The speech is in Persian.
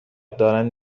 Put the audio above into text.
دارن